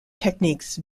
techniques